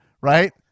Right